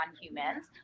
humans